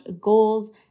goals